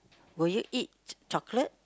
will you eat chocolate